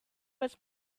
was